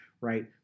Right